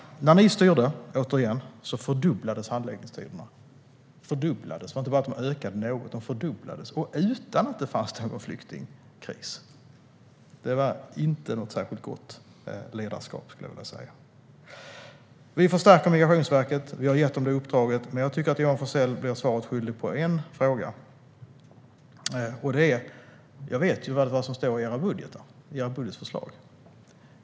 När ni styrde fördubblades handläggningstiderna - de fördubblades. Det var inte bara så att de ökade något, utan de fördubblades. Och detta skedde utan att det fanns någon flyktingkris. Det var inte något särskilt gott ledarskap, skulle jag vilja säga. Vi förstärker Migrationsverket. Vi har gett dem detta uppdrag. Men jag tycker att Johan Forssell blir svaret skyldig på en fråga. Jag vet vad som står i era budgetförslag.